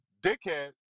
dickhead